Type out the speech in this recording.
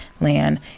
land